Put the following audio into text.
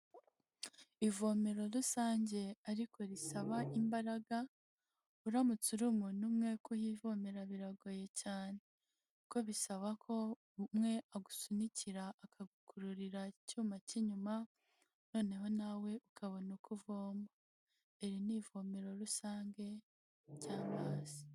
Ivomero rusange ariko risaba imbaraga, uramutse uri umuntu umwe kuhivomera biragoye cyane. Kuko bisaba ko umwe agusunikira akakururira icyuma cy'inyuma noneho nawe ukabona uko uvoma, iri ni ivomero rusange ry'amazi.